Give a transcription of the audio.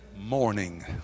morning